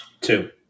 Two